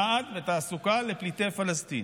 סעד ותעסוקה לפליטי פלסטין,